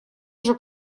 уже